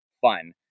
fun